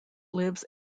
lives